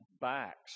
backs